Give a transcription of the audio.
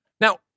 Now